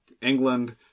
England